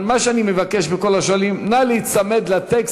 מה שאני מבקש מכל השואלים: נא להיצמד לטקסט.